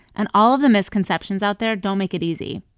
and all the misconceptions out there don't make it easy.